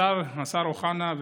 השר אוחנה,